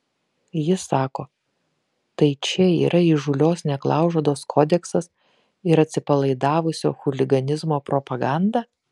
jis sako tai čia yra įžūlios neklaužados kodeksas ir atsipalaidavusio chuliganizmo propaganda